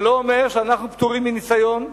זה לא אומר שאנחנו פטורים מניסיון,